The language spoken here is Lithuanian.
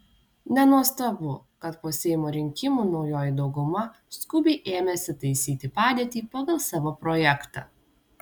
nenuostabu kad po seimo rinkimų naujoji dauguma skubiai ėmėsi taisyti padėtį pagal savo projektą